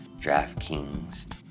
DraftKings